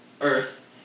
Earth